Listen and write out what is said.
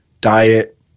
diet